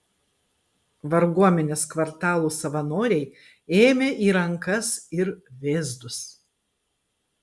varguomenės kvartalų savanoriai ėmė į rankas ir vėzdus